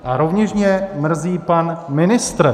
A rovněž mě mrzí pan ministr.